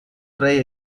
try